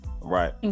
Right